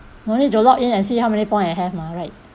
no need to log in and see how many point I have mah right